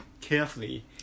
carefully